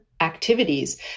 activities